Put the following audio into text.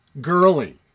girly